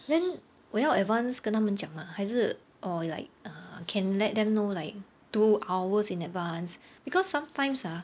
then 我要 advance 跟他们讲吗还是 or like err can let them know like two hours in advance because sometimes ah